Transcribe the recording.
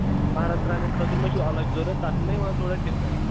پانَژن ترٛامٮ۪ن خٲطرٕ ما چھُو الگ ضروٗرت تَتھ چھِنا یِوان تھوڑا ڈِفرَنٛٹ